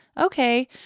Okay